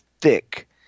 thick